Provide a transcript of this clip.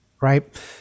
right